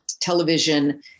television